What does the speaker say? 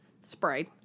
sprayed